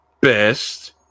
best